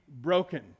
broken